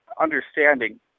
understanding